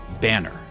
banner